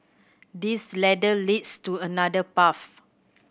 this ladder leads to another path